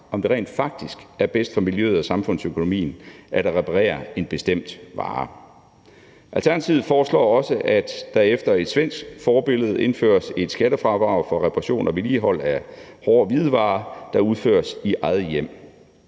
om det rent faktisk er bedst for miljøet og samfundsøkonomien at reparere en bestemt vare. Alternativet foreslår også, at der efter svensk forbillede indføres et skattefradrag for reparationer og vedligehold af hårde hvidevarer, der udføres i eget hjem.